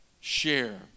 share